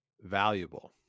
valuable